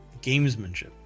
gamesmanship